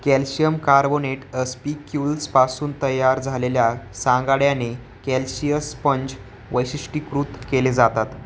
calcium carbonate अ स्पीक्यूल्सपासून तयार झालेल्या सांगाड्याने कॅल्शियस स्पंज वैशिष्ट्यीकृत केले जातात